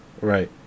right